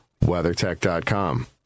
WeatherTech.com